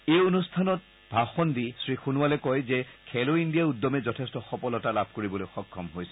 এই অনুষ্ঠানত ভাষণ দি শ্ৰীসোণোৱালে কয় যে খেলো ইণ্ডিয়া উদ্যমে যথেষ্ট সফলতা লাভ কৰিবলৈ সক্ষম হৈছে